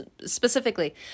specifically